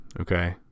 Okay